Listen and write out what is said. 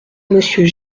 monsieur